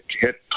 hit